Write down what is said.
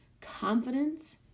Confidence